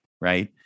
right